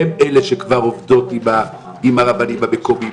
הן אלה שכבר עובדות עם הרבנים המקומיים,